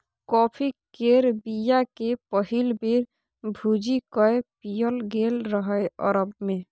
coffee केर बीया केँ पहिल बेर भुजि कए पीएल गेल रहय अरब मे